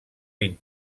vint